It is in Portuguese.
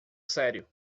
sério